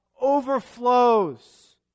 overflows